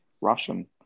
Russian